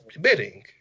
bidding